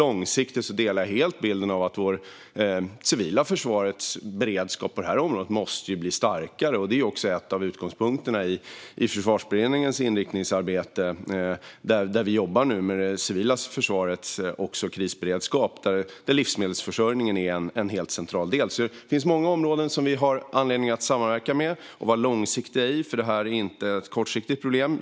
Långsiktigt delar jag helt bilden att det civila försvarets beredskap på området måste bli starkare. Det är också en av utgångspunkterna i Försvarsberedningens inriktningsarbete. Där jobbar vi nu med det civila försvarets krisberedskap, och livsmedelsförsörjningen är en helt central del av detta. Det finns många områden som vi har anledning att samverka med och vara långsiktiga i, för det här är inte ett kortsiktigt problem.